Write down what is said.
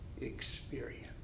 experience